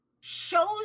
shows